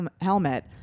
helmet